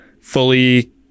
fully